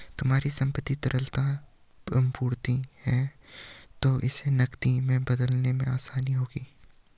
तुम्हारी संपत्ति तरलता मूर्त है तो इसे नकदी में बदलने में आसानी होगी